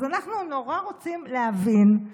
אז אנחנו נורא רוצים להבין,